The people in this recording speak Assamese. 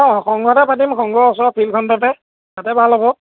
অঁ সংঘোতে পাতিম সংঘৰ ওচৰত ফিল্ডখনতে তাতে ভাল হ'ব